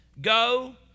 Go